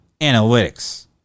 analytics